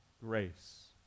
grace